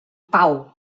pau